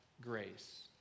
grace